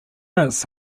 its